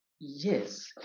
Yes